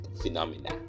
phenomena